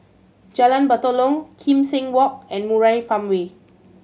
Jalan Batalong Kim Seng Walk and Murai Farmway